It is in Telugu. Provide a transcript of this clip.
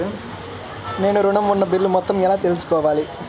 నేను ఋణం ఉన్న బిల్లు మొత్తం ఎలా తెలుసుకోవాలి?